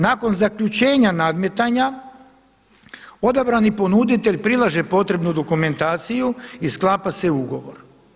Nakon zaključenja nadmetanja odabrani ponuditelj prilaže potrebnu dokumentaciju i sklapa se ugovor.